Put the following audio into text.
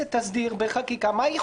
אם מפלגה אחרת הוציאה סרטון,